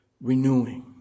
Renewing